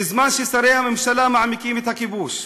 בזמן ששרי הממשלה מעמיקים את הכיבוש,